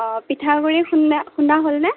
অঁ পিঠাগুৰি খুন্দা খুন্দা হ'লনে